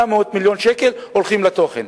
מתוך 800 מיליון שקל הולכים לתוכן.